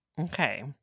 Okay